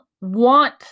want